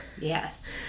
Yes